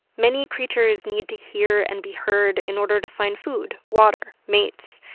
many creatures need to hear and be heard in order to find food, water, mates.